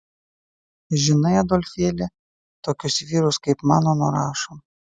žinai adolfėli tokius vyrus kaip mano nurašo